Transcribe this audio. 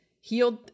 Healed